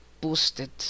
boosted